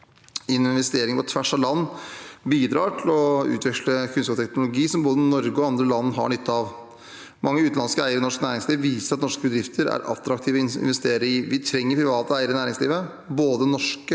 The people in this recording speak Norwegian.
Investeringer på tvers av land bidrar til å utveksle kunnskap og teknologi som både Norge og andre land har nytte av. Mange utenlandske eiere i norsk næringsliv viser at norske bedrifter er attraktive å investere i. Vi trenger private eiere i næringslivet, både norske